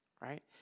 right